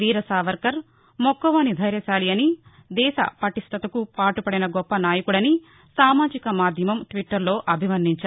వీర సావర్కర్ మొక్కవోని ధైర్యశాలి అని దేశ పటిష్ణతకు పాటు పడిన గొప్ప నాయకుడని సామాజిక మాధ్యమం ట్విట్టర్లో అభివర్ణించారు